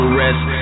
rest